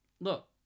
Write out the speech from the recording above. look